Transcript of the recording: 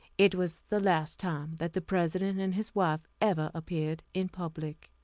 it was the last time that the president and his wife ever appeared in public.